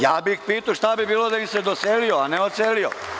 Ja bih ih pitao šta bi bilo kada bi se doselio, a ne odselio.